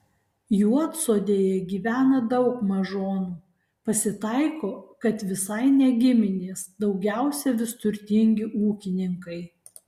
juodsodėje gyvena daug mažonų pasitaiko kad visai ne giminės daugiausiai vis turtingi ūkininkai